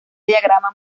diagrama